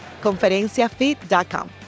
Conferenciafit.com